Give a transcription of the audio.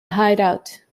hideout